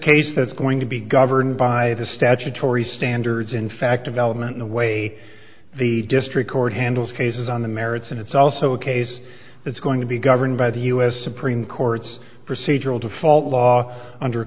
case that's going to be governed by the statutory standards in fact development the way the district court handles cases on the merits and it's also a case that's going to be governed by the u s supreme court's procedural default law under